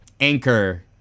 Anchor